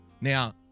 Now